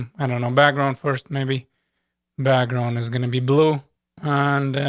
i don't know, background first. maybe background is gonna be blue on.